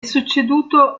succeduto